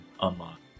unlock